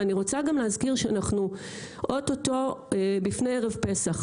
ואני רוצה גם להזכיר שאנחנו אוטוטו בפני ערב פסח,